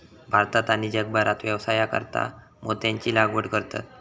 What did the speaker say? भारतात आणि जगभरात व्यवसायासाकारता मोत्यांची लागवड करतत